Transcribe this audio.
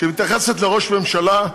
שמתייחסת לראש הממשלה,